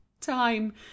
Time